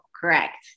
correct